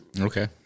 Okay